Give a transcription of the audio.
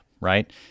right